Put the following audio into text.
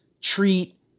treat